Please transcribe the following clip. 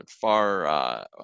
far